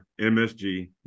MSG